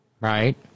Right